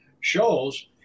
shows